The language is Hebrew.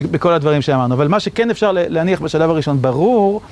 בכל הדברים שאמרנו, אבל מה שכן אפשר להניח בשלב הראשון ברור